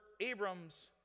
Abram's